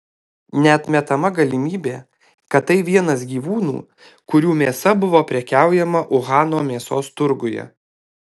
neatmetama galimybė kad tai vienas gyvūnų kurių mėsa buvo prekiaujama uhano mėsos turguje